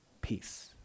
peace